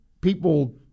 people